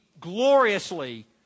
gloriously